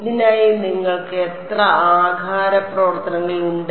ഇതിനായി നിങ്ങൾക്ക് എത്ര ആകാര പ്രവർത്തനങ്ങൾ ഉണ്ട്